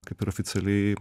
kaip ir oficialiai